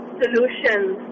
solutions